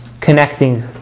connecting